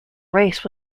race